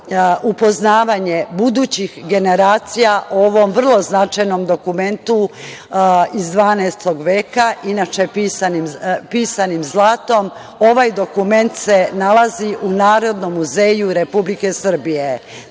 upoznavanje budućih generacija o ovom vrlo značajnom dokumentu iz XII veka, inače pisan zlatom. Ovaj dokument se nalazi u Narodnom muzeju Republike Srbije. Takođe,